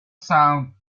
sound